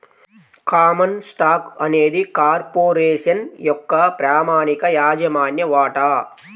common stock అనేది corporation యొక్క ప్రామాణిక యాజమాన్య వాటా